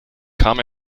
kam